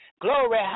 Glory